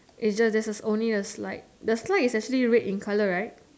it's just there's only a slide the slide is actually red in colour right